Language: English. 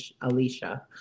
Alicia